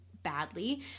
badly